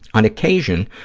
on occasion,